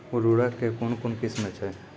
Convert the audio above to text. उर्वरक कऽ कून कून किस्म छै?